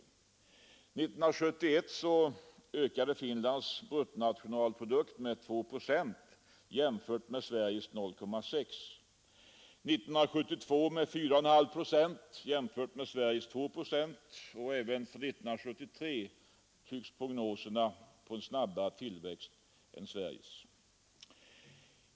År 1971 ökade Finlands bruttonationalprodukt med 2 procent, vilket kan jämföras med Sveriges 0,6 procent, och 1972 med 4,5 procent mot Sveriges 2 procent. Även för 1973 tyder prognoserna på en snabbare tillväxt i Finland än i Sverige.